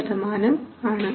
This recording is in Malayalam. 2 ആണ്